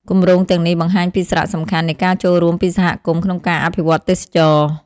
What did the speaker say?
គម្រោងទាំងនេះបង្ហាញពីសារៈសំខាន់នៃការចូលរួមពីសហគមន៍ក្នុងការអភិវឌ្ឍទេសចរណ៍។